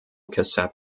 cassette